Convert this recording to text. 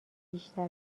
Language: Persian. بیشتر